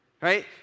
right